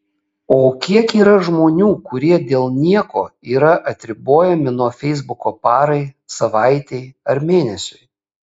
o kiek yra žmonių kurie dėl nieko yra atribojami nuo feisbuko parai savaitei ar mėnesiui